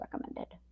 recommended